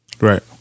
Right